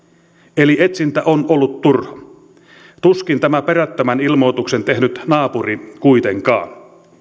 eli etsintä on ollut turha tuskin tämä perättömän ilmoituksen tehnyt naapuri kuitenkaan